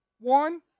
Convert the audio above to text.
One